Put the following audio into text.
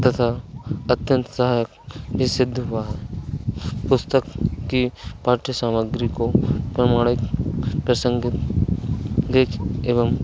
तथा अत्यंत सहायक यह सिद्ध हुआ है पुस्तक की पाठ्य सामग्री को प्रमाणित प्रसंगित देख एवं